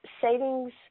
savings